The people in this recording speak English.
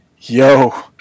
Yo